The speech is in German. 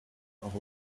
auch